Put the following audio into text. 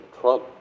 Trump